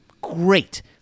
great